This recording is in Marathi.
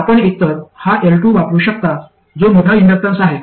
आपण एकतर हा L2 वापरू शकता जो मोठा इन्डक्टन्स आहे